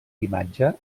imatge